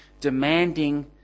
demanding